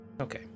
Okay